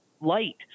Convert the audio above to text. light